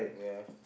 ya